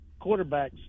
quarterbacks